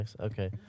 Okay